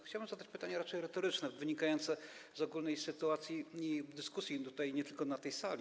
Chciałbym zadać pytanie raczej retoryczne, wynikające z ogólnej sytuacji i dyskusji, która toczy się nie tylko na tej sali.